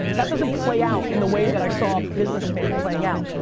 that doesn't play out in the way that i saw a business man playing out.